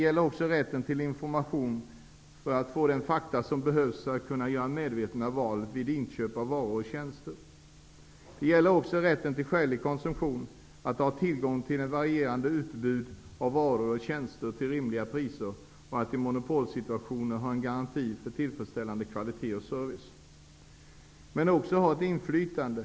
Det gäller rätten till information. Konsumenterna har rätt att få de fakta som behövs för att de skall kunna göra medvetna val vid inköp av varor och tjänster. Det gäller rätten till skälig konsumtion. Konsumenten har rätt att ha tillgång till ett varierat utbud av varor och tjänster till rimliga priser. I monopolsituationer skall konsumenten ha en garanti för tillfredsställande kvalitet och service. Det gäller rätten till inflytande.